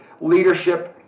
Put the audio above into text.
leadership